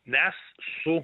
mes su